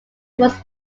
was